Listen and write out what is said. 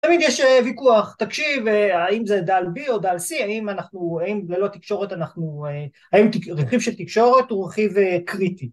תמיד יש ויכוח, תקשיב, האם זה דל בי או דל סי, האם ללא תקשורת אנחנו, האם רכיב של תקשורת הוא רכיב קריטי?